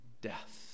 Death